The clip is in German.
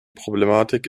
problematik